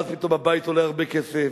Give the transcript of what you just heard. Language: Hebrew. ואז פתאום הבית עולה הרבה כסף,